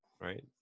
right